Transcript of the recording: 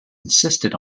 insisted